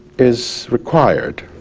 is required.